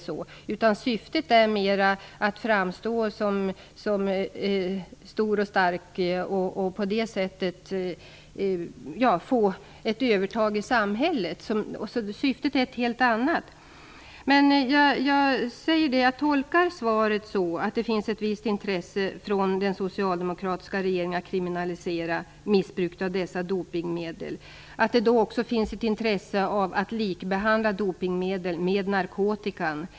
Syftet är mera att framstå som stor och stark och på det sättet få ett övertag i samhället. Syftet är alltså ett helt annat. Jag tolkar svaret som att det finns ett visst intresse från den socialdemokratiska regeringen för att kriminalisera missbruk av dessa dopningsmedel och att det finns ett intresse av att behandla dopningsmedel likadant som narkotika.